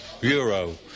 euro